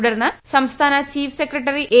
തുടർന്ന് സംസ്ഥാന chief secretary A